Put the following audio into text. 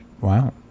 Wow